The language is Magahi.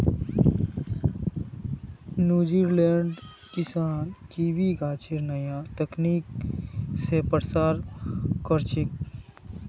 न्यूजीलैंडेर किसान कीवी गाछेर नया तकनीक स प्रसार कर छेक